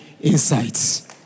insights